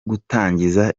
gutangiza